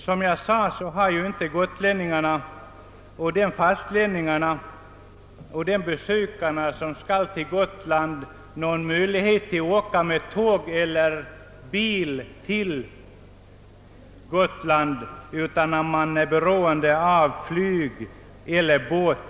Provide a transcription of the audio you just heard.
Som jag sade har inte gotlänningarna och besökarna från fastlandet någon möjlighet att åka med tåg eller bil till Gotland, utan de är beroende av flyg eller båt.